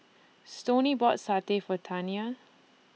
Stoney bought Satay For Taniya